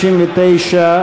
59,